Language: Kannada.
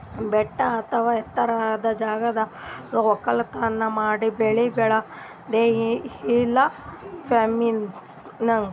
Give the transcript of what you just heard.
ಬೆಟ್ಟ ಅಥವಾ ಎತ್ತರದ್ ಜಾಗದಾಗ್ ವಕ್ಕಲತನ್ ಮಾಡಿ ಬೆಳಿ ಬೆಳ್ಯಾದೆ ಹಿಲ್ ಫಾರ್ಮಿನ್ಗ್